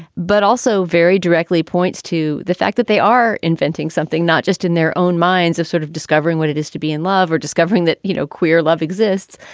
but also very directly points to the fact that they are inventing something not just in their own minds of sort of discovering what it is to be in love or discovering that, you know, queer love exists,